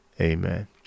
Amen